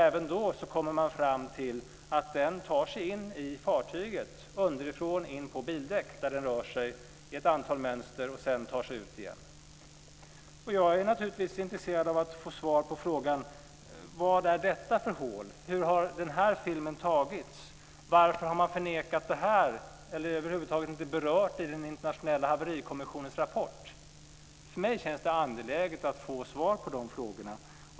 Även då kommer man fram till att den tar sig in underifrån på fartygets bildäck, där den rör sig i ett antal mönster och sedan tar sig ut igen. Jag är naturligtvis intresserad av att få svar på frågan: Vad är detta för hål? Hur har den här filmen tagits? Varför har man förnekat detta eller över huvud taget inte berört det i den internationella haverikommissionens rapport? För mig känns det angeläget att få svar på dessa frågor.